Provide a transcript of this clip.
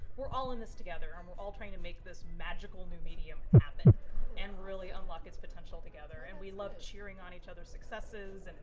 we're all in this together, and um we're all trying to make this magical new medium happen and really unlock its potential together, and we love cheering on each other's successes, and